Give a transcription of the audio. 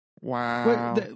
Wow